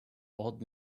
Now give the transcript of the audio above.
old